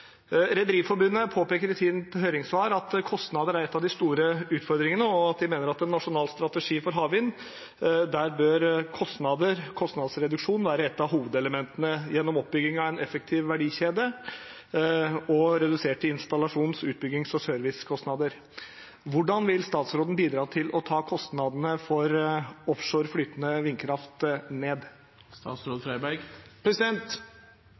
Rederiforbundet påpeker i sitt høringssvar at kostnader er en av de store utfordringene, og de mener at i en nasjonal strategi for havvind bør kostnader – kostnadsreduksjon – være et av hovedelementene gjennom oppbygging av en effektiv verdikjede og reduserte installasjons-, utbyggings- og servicekostnader. Hvordan vil statsråden bidra til å ta kostnadene for offshore flytende vindkraft ned?